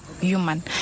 human